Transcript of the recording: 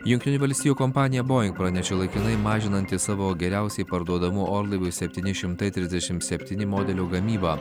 jungtinių valstijų kompanija boing pranešė laikinai mažinanti savo geriausiai parduodamų orlaivių septyni šimtai trisdešim septyni modelio gamybą